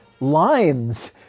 lines